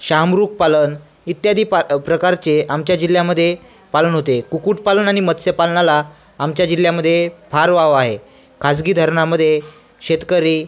शहामृगपालन इत्यादी पा प्रकारचे आमच्या जिल्ह्यामध्ये पालन होते कुक्कुटपालन आणि मत्स्यपालनाला आमच्या जिल्ह्यामध्ये फार वाव आहे खाजगी धरणामध्ये शेतकरी